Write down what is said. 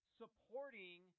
supporting